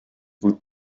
would